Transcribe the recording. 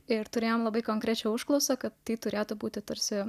ir turėjome labai konkrečią užklausą kad tai turėtų būti tarsi